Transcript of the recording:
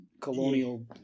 colonial